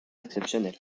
exceptionnel